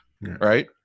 right